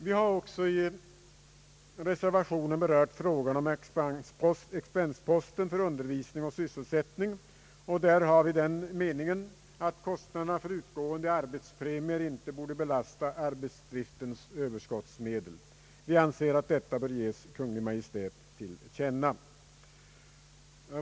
Vi har också i reservationen berört frågan om expensposten för undervisning och sysselsättning. Enligt vår mening borde kostnaderna för utgående arbetspremier inte belasta arbetsdriftens överskottsmedel. Vi anser att detta bör ges Kungl. Maj:t till känna.